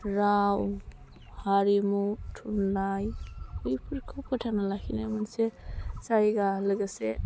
राव हारिमु थुनलाइ बेफोरखौ फोथांना लाखिनाय मोनसे जायगा लोगोसे